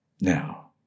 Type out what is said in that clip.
now